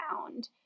found